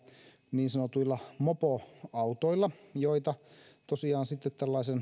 niin sanotuilla mopoautoilla joita tosiaan sitten